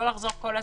לא כתוב.